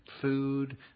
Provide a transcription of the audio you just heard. food